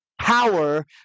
power